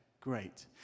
great